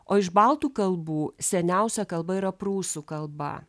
o iš baltų kalbų seniausia kalba yra prūsų kalba